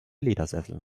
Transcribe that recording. ledersessel